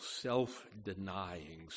self-denying